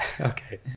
Okay